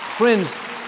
Friends